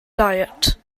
diet